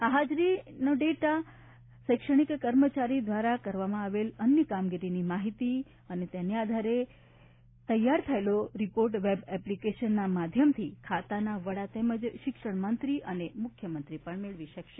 આ હાજરી ડેટા અને શૈક્ષણિક કર્મચારી દ્વારા કરવામાં આવેલ અન્ય કામગીરીની માહિતી અને તેને આધારિત રિપોર્ટ વેબ એપ્લીકેશનના માધ્યમથી ખાતાના તેમજ વડા શિક્ષણમંત્રીક્રી અને મુખ્યામંત્રીશ્રી પણ મેળવી શકશે